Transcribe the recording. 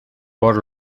por